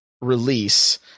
release